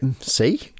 See